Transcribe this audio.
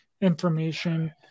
information